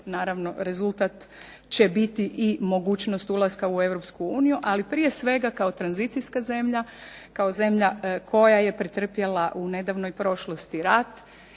Naravno, rezultat će biti i mogućnost ulaska u Europsku uniju, ali prije svega kao tranzicijska zemlja, kao zemlja koja je pretrpjela u nedavnoj prošlosti rat